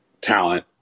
talent